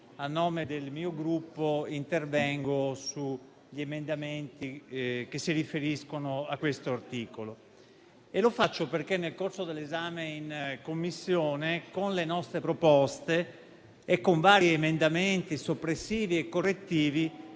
a nome del mio Gruppo, intervengo sugli emendamenti che si riferiscono a questo articolo. Lo faccio perché nel corso dell'esame in Commissione, con le nostre proposte e con vari emendamenti soppressivi e correttivi,